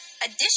Additional